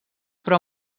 però